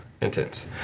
intense